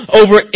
over